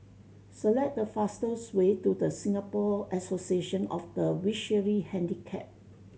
select the fastest way to The Singapore Association of the Visually Handicapped